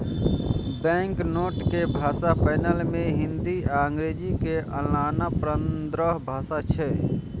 banknote के भाषा panel मे हिंदी आ अंग्रेजी के अलाना पंद्रह भाषा छै